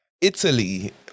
italy